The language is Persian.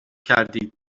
کردید